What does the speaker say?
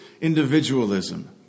individualism